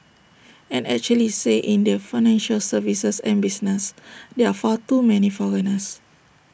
and actually say in the financial services and business there are far too many foreigners